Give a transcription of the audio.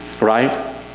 right